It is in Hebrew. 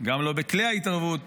גם לא בכלי ההתערבות